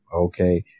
Okay